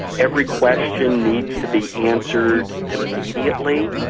every question needs to be answered immediately.